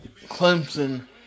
Clemson